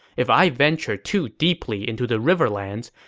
if i venture too deeply into the riverlands,